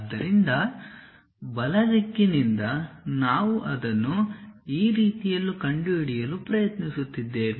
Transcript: ಆದ್ದರಿಂದ ಬಲ ದಿಕ್ಕಿನಿಂದ ನಾವು ಅದನ್ನು ಈ ರೀತಿಯಲ್ಲಿ ಕಂಡುಹಿಡಿಯಲು ಪ್ರಯತ್ನಿಸುತ್ತಿದ್ದೇವೆ